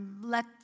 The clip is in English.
let